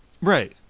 Right